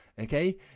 okay